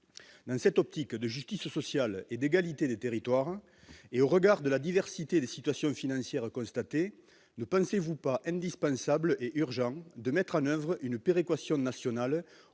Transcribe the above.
dans cette optique de justice sociale et d'égalité des territoires, et au regard de la diversité des situations financières constatées ne pensez-vous pas indispensable et urgent de mettre en oeuvre une péréquation nationale